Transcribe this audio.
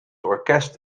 orkest